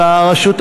אלא הרשות המקומית,